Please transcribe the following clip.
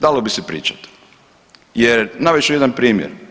Dalo bi se pričati jer navest ću jedan primjer.